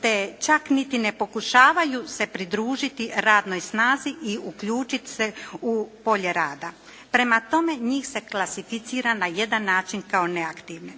te čak niti ne pokušavaju se pridružiti radnoj snazi i uključiti se u polje rada. Prema tome, njih se klasificira na jedan način kao neaktivne.